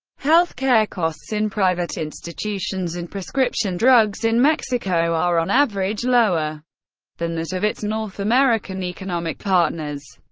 health care costs in private institutions and prescription drugs in mexico are on average lower than that of its north american economic partners.